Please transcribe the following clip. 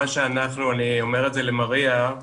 אני אומר את זה למריה,